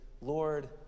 Lord